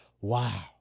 wow